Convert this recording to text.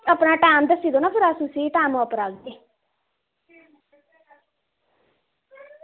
अपना टैम दस्सेओ ना ते अस उस्सै टैम उप्पर आह्गे